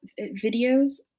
videos